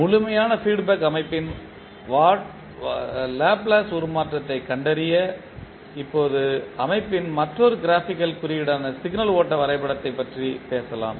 முழுமையான feedback அமைப்பின் Laplace உருமாற்றத்தைக் கண்டறிய இப்போது அமைப்பின் மற்றொரு க்ராபிக்கல் குறிப்பீடான சிக்னல் ஓட்ட வரைபடத்தைப் பற்றி பேசலாம்